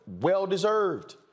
well-deserved